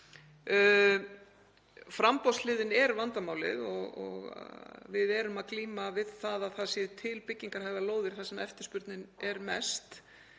Framboðshliðin er vandamálið og við erum að glíma við það að til séu byggingarhæfar lóðir þar sem eftirspurnin er mest.